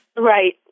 Right